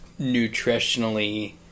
nutritionally